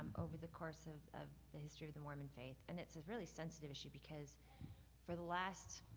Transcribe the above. over the course of of the history of the mormon faith. and it's a really sensitive issue because for the last